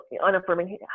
unaffirming